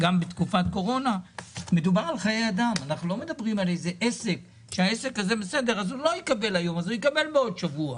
אנחנו לא מדברים על איזה עסק שאם הוא לא יקבל היום הוא יקבל בעוד שבוע.